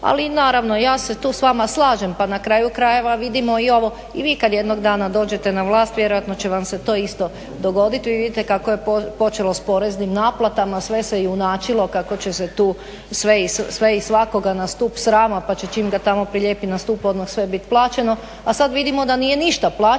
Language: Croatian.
Ali naravno ja se tu s vama slažem, pa na kraju krajeva vidimo i ovo, i vi kad jednog dana dođete na vlast vjerojatno će vam se to isto dogoditi. Vi vidite kako je počelo s poreznim naplatama, sve se junačilo kako će se tu sve i svakoga na stup srama pa će čim ga tamo prilijepi na stup odmah sve biti plaćeno, a sad vidimo da nije ništa plaćeno